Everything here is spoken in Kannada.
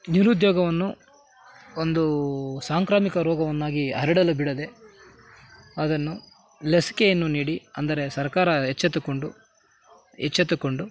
ನಿರುದ್ಯೋಗವನ್ನು ಒಂದು ಸಾಂಕ್ರಾಮಿಕ ರೋಗವನ್ನಾಗಿ ಹರಡಲು ಬಿಡದೇ ಅದನ್ನು ಲಸಿಕೆಯನ್ನು ನೀಡಿ ಅಂದರೆ ಸರ್ಕಾರ ಎಚ್ಚೆತ್ತುಕೊಂಡು ಎಚ್ಚೆತ್ತುಕೊಂಡು